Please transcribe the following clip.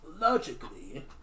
Logically